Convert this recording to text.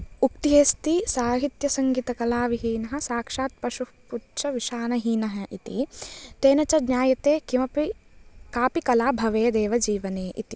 उक्तिः अस्ति साहित्यसङ्गीतकलाविहीनः साक्षात् पशुः पुच्छविषाणहीनः इति तेन च ज्ञायते किमपि कापि कला भवेदेव जीवने इति